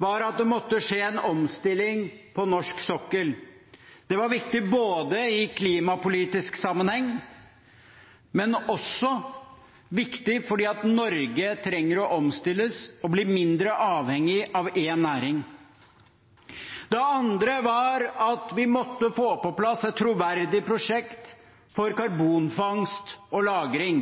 var at det måtte skje en omstilling på norsk sokkel. Det var viktig i klimapolitisk sammenheng, men også viktig fordi Norge trenger å omstilles og bli mindre avhengig av én næring. Det andre var at vi måtte få på plass et troverdig prosjekt for karbonfangst og –lagring.